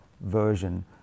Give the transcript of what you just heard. version